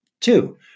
Two